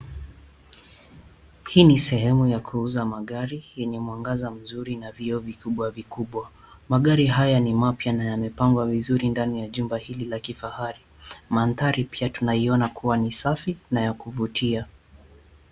Hii ni sehemu ya kuuza magari yenye mwangaza mzuri na vioo vikubwa vikubwa. Magari haya ni mapya na yamepangwa vizuri ndani ya jumba hili la kifahari. Maanthari pia tunaiona kuwa ni safi na ya kuvutia.